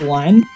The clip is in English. one